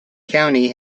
county